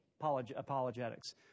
apologetics